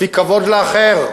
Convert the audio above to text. לפי כבוד לאחר,